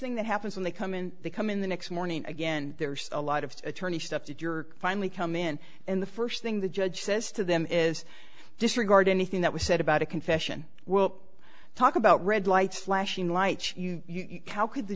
thing that happens when they come in they come in the next morning again there's a lot of attorney stuff that you're finally come in and the first thing the judge says to them is disregard anything that was said about a confession we'll talk about red lights flashing lights you cow could the